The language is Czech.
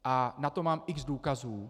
A na to mám x důkazů.